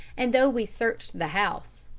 and though we searched the house,